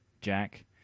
Jack